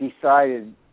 decided